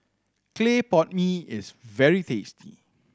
clay pot mee is very tasty